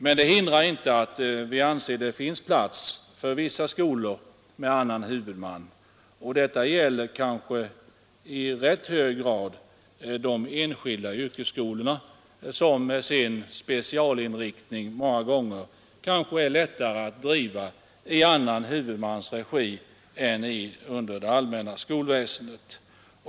Men det hindrar inte att vi anser att det finns plats för vissa skolor med annan huvudman, och detta gäller kanske i rätt hög grad de enskilda yrkesskolorna, som med sin specialinriktning många gånger kan vara lättare att driva i annan huvudmans regi än under det allmänna skolväsendet.